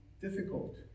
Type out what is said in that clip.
difficult